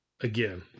again